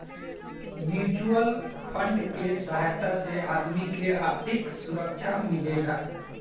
mutual fund के सहायता से आदमी के आर्थिक सुरक्षा मिलेला